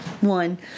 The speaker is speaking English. one